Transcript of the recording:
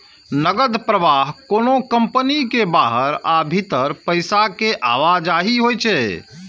नकद प्रवाह कोनो कंपनी के बाहर आ भीतर पैसा के आवाजही होइ छै